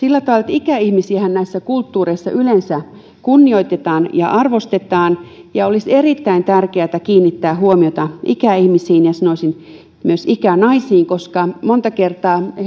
ikäihmisiähän näissä kulttuureissa yleensä kunnioitetaan ja arvostetaan ja olisi erittäin tärkeätä kiinnittää huomiota ikäihmisiin ja sanoisin myös ikänaisiin koska monta kertaa heillä